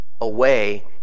away